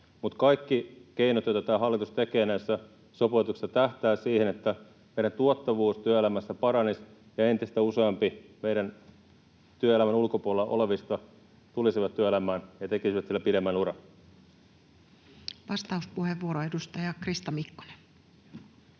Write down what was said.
Mutta kaikki keinot, joita tämä hallitus tekee näissä sopeutuksissa, tähtäävät siihen, että meidän tuottavuus työelämässä paranisi ja entistä useammat meidän työelämän ulkopuolella olevista tulisivat työelämään ja tekisivät siellä pidemmän uran. [Speech 258] Speaker: Toinen